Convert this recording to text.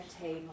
table